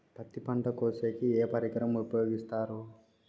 పత్తి పంట కోసేకి ఏ పరికరం ఉపయోగిస్తారు?